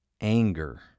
anger